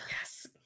yes